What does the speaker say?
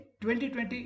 2020